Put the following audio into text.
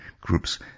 groups